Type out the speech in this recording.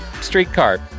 streetcar